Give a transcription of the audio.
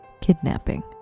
kidnapping